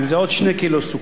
זה עוד בקבוק שמן.